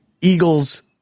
Eagles